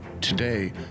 Today